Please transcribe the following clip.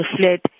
fled